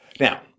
Now